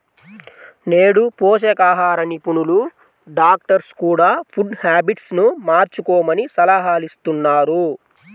నేడు పోషకాహార నిపుణులు, డాక్టర్స్ కూడ ఫుడ్ హ్యాబిట్స్ ను మార్చుకోమని సలహాలిస్తున్నారు